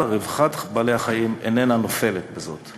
רווחת בעלי החיים איננה נופלת מזה,